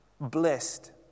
blessed